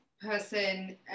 person